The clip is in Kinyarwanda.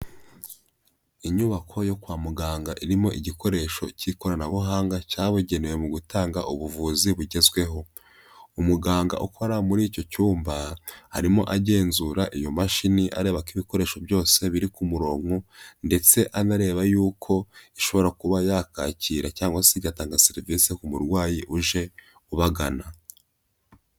Inyubako yo kwa muganga irimo igikoresho cy'ikoranabuhanga cyabugenewe mu gutanga ubuvuzi bugezweho, umuganga ukora muri icyo cyumba arimo agenzura iyo mashini areba ibikoresho byose biri ku murongo ndetse anareba yuko ishobora kuba yakwakira cyangwa se igatanga serivisi ku murwayi uje ubagana.